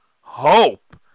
hope